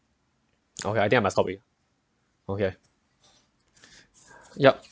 okay I think I must stop it okay yup